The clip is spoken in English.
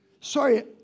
Sorry